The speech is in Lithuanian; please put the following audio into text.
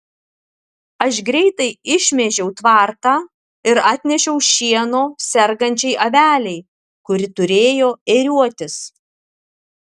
aš greitai išmėžiau tvartą ir atnešiau šieno sergančiai avelei kuri turėjo ėriuotis